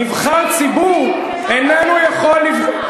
אופיר, אופיר, נבחר ציבור איננו יכול לבחור,